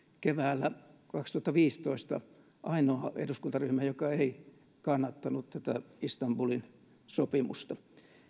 keväällä kaksituhattaviisitoista ainoa eduskuntaryhmä joka ei kannattanut tätä istanbulin sopimusta